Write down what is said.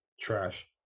trash